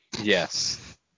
Yes